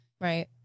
Right